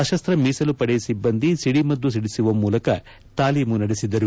ಸಶಸ್ತ್ರ ಮೀಸಲು ಪಡೆ ಸಿಬ್ಬಂದಿಗಳು ಸಿದಿಮದ್ದು ಸಿದಿಸುವ ಮೂಲಕ ತಾಲೀಮು ನಡೆಸಿದರು